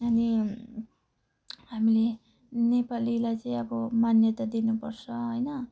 अनि हामीले नेपालीलाई चाहिँ अब मान्यता दिनुपर्छ होइन